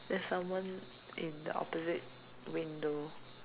there's someone in the opposite window